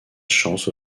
chance